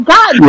God